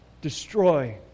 destroy